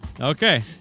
Okay